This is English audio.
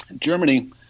Germany